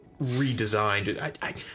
redesigned